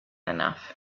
enough